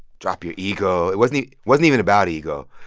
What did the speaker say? drop your ego. it wasn't wasn't even about ego.